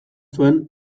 zuen